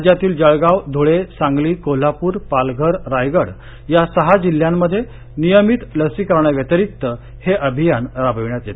राज्यातील जळगाव धुळे सांगली कोल्हापूर पालघर रायगड या सहा जिल्ह्यामध्ये नियमित लसीकरणाव्यतिरिक्त अभियान राबविण्यात येते